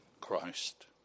Christ